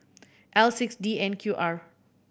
L six D N Q R